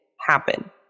happen